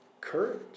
courage